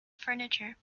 furniture